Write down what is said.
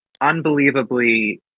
unbelievably